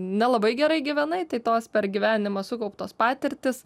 nelabai gerai gyvenai tai tos per gyvenimą sukauptos patirtys